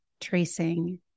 tracing